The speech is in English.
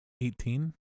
eighteen